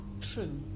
true